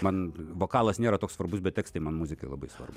man vokalas nėra toks svarbus bet tekstai man muzikai labai svarbu